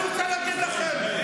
אני רוצה להגיד לכם,